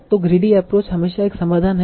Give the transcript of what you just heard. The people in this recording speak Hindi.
तो ग्रीडी एप्रोच हमेशा एक समाधान है